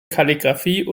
kalligraphie